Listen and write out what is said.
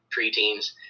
preteens